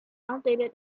outdated